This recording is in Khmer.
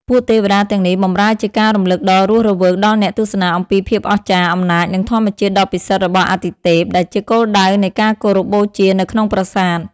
ពួកទេវតាទាំងនេះបម្រើជាការរំលឹកដ៏រស់រវើកដល់អ្នកទស្សនាអំពីភាពអស្ចារ្យ អំណាច និងធម្មជាតិដ៏ពិសិដ្ឋរបស់អាទិទេព ដែលជាគោលដៅនៃការគោរពបូជានៅក្នុងប្រាសាទ។